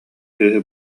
кыыһы